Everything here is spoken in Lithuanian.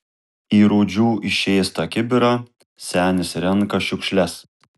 į rūdžių išėstą kibirą senis renka šiukšles